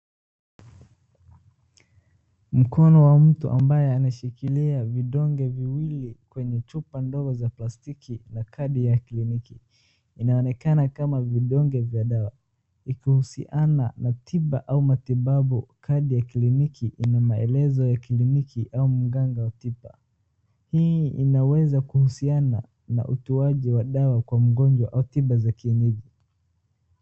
Mkono wa mtu ambaye anashikilia vidonge viwili kwenye chupa ndogo za plastiki na kadi ya kliniki, inaonekana kama vidonge vya dawa, ikihusiana na tiba au matibabu, kadi ya kliniki ina maelezo ya kliniki au mganga wa tiba, hii inaweza kuhusiana na utoaji wa dawa kwa mgonjwa au tiba za kienyeji .